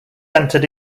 entered